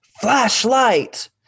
flashlight